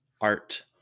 art